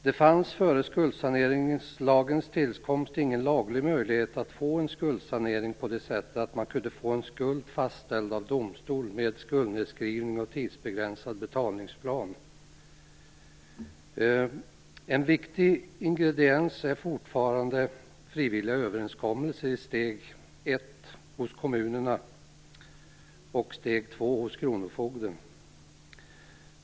Det fanns före skuldsaneringslagens tillkomst ingen lagreglerad möjlighet att få skuldsanering på det sättet att man kunde få en skuld fastställd av domstol med skuldnedskrivning och tidsbegränsad betalningsplan. En viktig ingrediens är fortfarande frivilliga överenskommelser i steg ett hos kommunerna och steg två hos kronofogden.